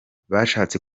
bashatse